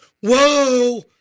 whoa